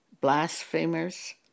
blasphemers